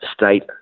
state